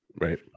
right